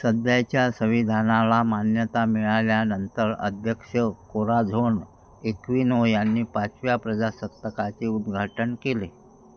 सध्याच्या संविधानाला मान्यता मिळाल्यानंतर अध्यक्ष कोराझोंड इकविनो यांनी पाचव्या प्रजासत्ताकाचे उद्घाटन केले